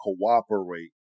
cooperate